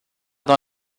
dans